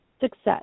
success